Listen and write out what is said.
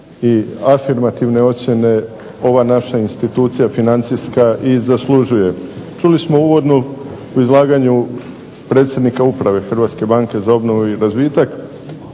i afirmativne ocjene ova naša institucija financijska i zaslužuje. Čuli smo uvodno u izlaganju predsjednika Uprave Hrvatske banke za obnovu i razvitak